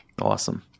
Awesome